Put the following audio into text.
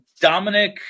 Dominic